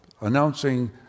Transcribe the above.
announcing